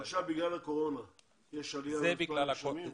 אז עכשיו בגלל הקורונה יש עלייה במספר הנרשמים?